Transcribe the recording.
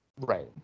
Right